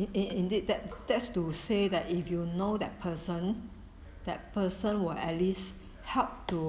in in indeed that that's to say that if you know that person that person will at least help to